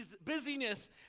busyness